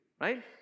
right